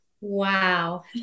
Wow